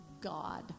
God